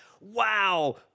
wow